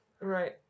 Right